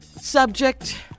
Subject